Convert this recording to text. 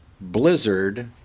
blizzard